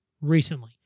recently